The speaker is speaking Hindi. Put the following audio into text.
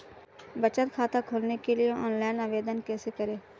बचत खाता खोलने के लिए ऑनलाइन आवेदन कैसे करें?